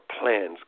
plans